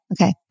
Okay